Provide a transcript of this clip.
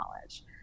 knowledge